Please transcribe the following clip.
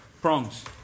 Prongs